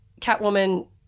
Catwoman